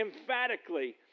emphatically